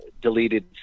deleted